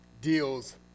deals